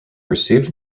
received